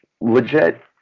legit